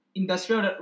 industrial